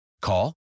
Call